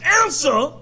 answer